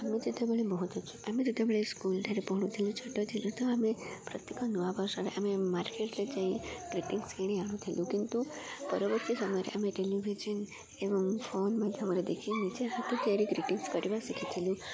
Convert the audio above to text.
ଆମେ ଯେତେବେଳେ ବହୁତ ଅ ଆମେ ଯେତେବେଳେ ସ୍କୁଲଠାରେ ପଢ଼ୁଥିଲୁ ଛୋଟ ଥିଲୁ ତ ଆମେ ପ୍ରତ୍ୟେକ ନୂଆ ବର୍ଷରେ ଆମେ ମାର୍କେଟରେ ଯାଇ ଗ୍ରୀଟିଂସ୍ କିଣି ଆଣୁଥିଲୁ କିନ୍ତୁ ପରବର୍ତ୍ତୀ ସମୟରେ ଆମେ ଟେଲିଭିଜନ୍ ଏବଂ ଫୋନ ମାଧ୍ୟମରେ ଦେଖିକ ନିଜେ ହାତ ଆରି ଗ୍ରୀଟିଂସ୍ କରିବା ଶିଖିଥିଲୁ